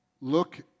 Look